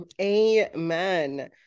Amen